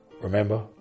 Remember